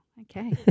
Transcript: Okay